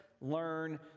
learn